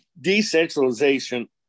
decentralization